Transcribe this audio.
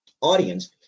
audience